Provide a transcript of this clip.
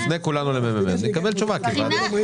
נפנה כולנו לממ"מ, נקבל תשובה כוועדה.